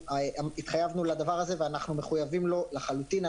התחייבנו לדבר הזה ואנחנו מחויבים לו לחלוטין.